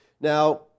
Now